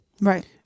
Right